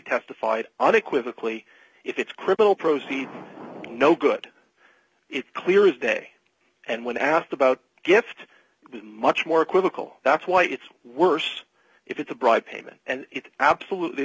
testified unequivocally if it's criminal proceeding no good it clears day and when asked about gift much more equivocal that's why it's worse if it's a bribe payment and it absolutely